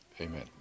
Amen